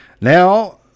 Now